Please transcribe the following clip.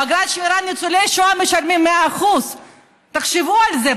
באגרת שמירה ניצולי שואה משלמים 100%. תחשבו על זה.